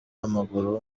w’amaguru